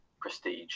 prestige